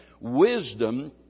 Wisdom